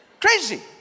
Crazy